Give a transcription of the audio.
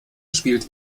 spielt